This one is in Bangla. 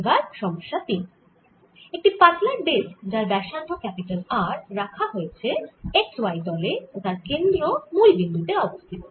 এবার সমস্যা 3 একটি পাতলা ডিস্ক যার ব্যাসার্ধ R রাখা আছে x y তলে ও তার কেন্দ্র মুল বিন্দু তে অবস্থিত